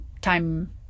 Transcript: time